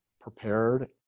prepared